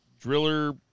Driller